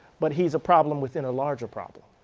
but he's a problem within a larger problem.